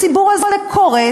הציבור הזה קורס.